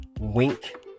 wink